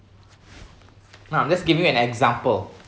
no I'm just giving you an example